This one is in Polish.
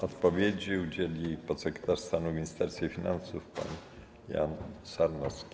Odpowiedzi udzieli podsekretarz stanu w Ministerstwie Finansów pan Jan Sarnowski.